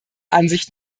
ansicht